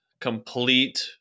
complete